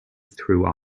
through